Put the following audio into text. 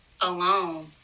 alone